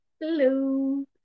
Hello